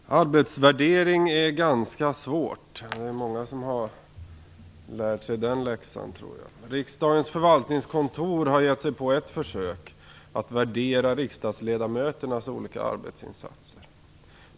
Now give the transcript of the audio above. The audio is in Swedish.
Herr talman! Arbetsvärdering är ganska svårt. Jag tror att det är många som har lärt sig den läxan. Riksdagens förvaltningskontor har gett sig in på att försöka värdera riksdagsledamöternas olika arbetinsatser.